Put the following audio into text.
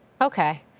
Okay